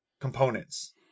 components